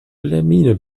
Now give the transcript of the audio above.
wilhelmine